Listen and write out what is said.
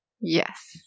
Yes